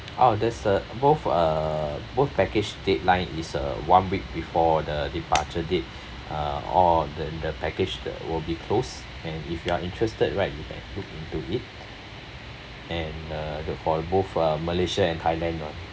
ah there's uh both uh both package deadline is uh one week before the departure date uh or the the package that will be close and if you are interested right you can look into it and uh the for the both uh malaysia and thailand